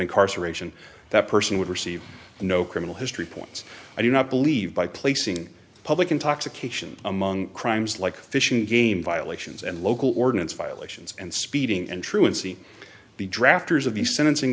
incarceration that person would receive no criminal history points i do not believe by placing public intoxication among crimes like fish and game violations and local ordinance violations and speeding and truancy the drafters of the sentencing